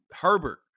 Herbert